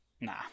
nah